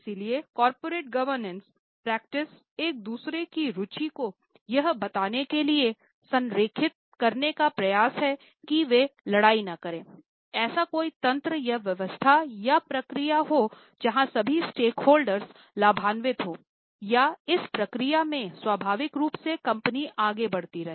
इसलिए corporate governance लाभान्वित हों और इस प्रक्रिया में स्वाभाविक रूप से कंपनी आगे बढ़ती रहे